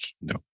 No